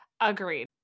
Agreed